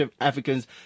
Africans